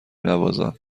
نوازم